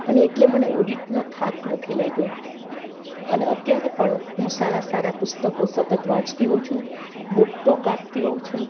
અને એટલે મને ઓડિટનો થાક નથી લાગ્યો અને અત્યારે પણ હું સારા સારા પુસ્તકો સતત વાંચતી હોઉ છું બુકટો કાપતિ હોઉ છું